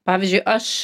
pavyzdžiui aš